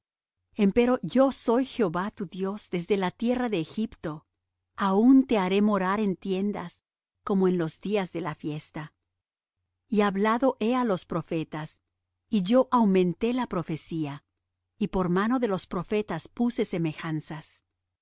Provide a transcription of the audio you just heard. trabajos empero yo soy jehová tu dios desde la tierra de egipto aun te haré morar en tiendas como en los días de la fiesta y hablado he á los profetas y yo aumenté la profecía y por mano de los profetas puse semejanzas